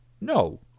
no